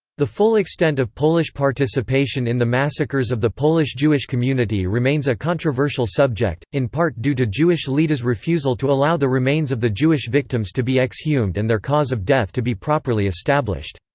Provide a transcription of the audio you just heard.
the full extent of polish participation in the massacres of the polish jewish community remains a controversial subject, in part due to jewish leaders' refusal to allow the remains of the jewish victims to be exhumed and their cause of death to be properly established.